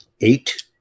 Eight